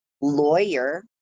lawyer